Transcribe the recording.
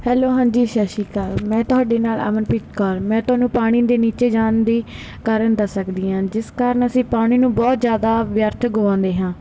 hello ਹਾਂਜੀ ਸਤਿ ਸ਼੍ਰੀ ਅਕਾਲ ਮੈਂ ਤੁਹਾਡੇ ਨਾਲ ਅਮਨਪ੍ਰੀਤ ਕੌਰ ਮੈਂ ਤੁਹਾਨੂੰ ਪਾਣੀ ਦੇ ਨੀਚੇ ਜਾਣ ਦੇ ਕਾਰਨ ਦੱਸ ਸਕਦੀ ਹਾਂ ਜਿਸ ਕਾਰਨ ਅਸੀਂ ਪਾਣੀ ਨੂੰ ਬਹੁਤ ਜ਼ਿਆਦਾ ਵਿਅਰਥ ਗੁਆਉਂਦੇ ਹਾਂ